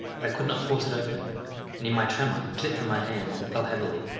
but i could not force it open and in my tremor, it slipped from my hands, and fell heavily,